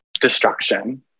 destruction